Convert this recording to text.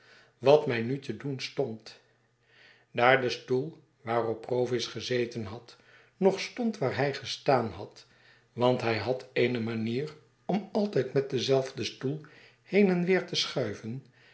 wat mij nu te doen stond daar de stoel waarop provis gezeten had nog stond waar hij gestaan had want hy had eene manier om altijd met denzelfden stoel heen en weer te schuiven